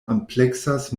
ampleksas